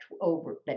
over